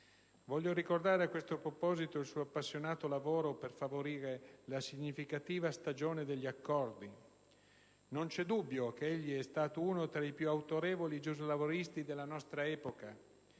Voglio ricordare a questo proposito il suo appassionato lavoro per favorire la significativa stagione degli accordi. Non c'è dubbio che egli è stato uno tra i più autorevoli giuslavoristi della nostra epoca,